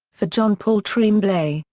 for john paul tremblay,